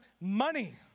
money